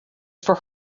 for